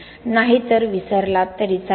नाहीतर विसरलात तरी चालेल